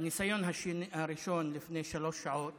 בניסיון הראשון לפני שלוש שעות